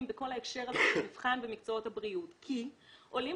בכל ההקשר הזה של מבחן במקצועות הבריאות כי עולים